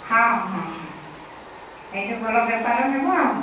ହଁ ହଁ ହଁ ସେଇଠି ଭଲ ବେପାର ହେବ ଆଉ